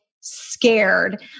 scared